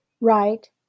right